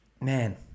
Man